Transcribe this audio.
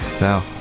Now